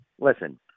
listen